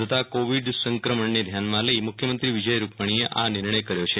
વધતાં કોવિડ સંક્રમણને ધ્યાનમાં લઈ મુખ્યમંત્રી વિજય રૂપાણીએઆજે આ નિર્ણય કર્યો છે